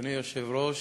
אדוני היושב-ראש,